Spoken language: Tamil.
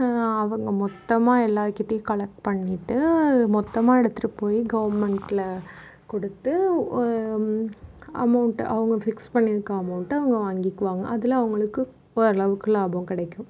அவங்க மொத்தமாக எல்லார் கிட்டயும் கலெக்ட் பண்ணிட்டு மொத்தமாக எடுத்துட்டு போய் கவர்மெண்டில் கொடுத்து அமௌன்ட்டை அவங்க ஃபிக்ஸ் பண்ணியிருக்க அமௌன்ட்டை அவங்க வாங்கிக்குவாங்க அதில் அவங்களுக்கு ஓரளவுக்கு லாபம் கிடைக்கும்